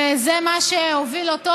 וזה מה שהוביל אותו,